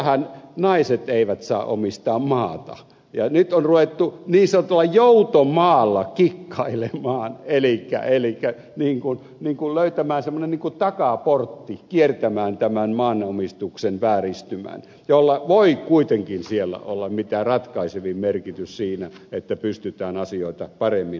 siellähän naiset eivät saa omistaa maata ja nyt on ruvettu niin sanotulla joutomaalla kikkailemaan elikkä löytämään semmoinen niin kuin takaportti kiertämään tämän maanomistuksen vääristymän jolla voi kuitenkin siellä olla mitä ratkaisevin merkitys siinä että pystytään asioita paremmin hoitamaan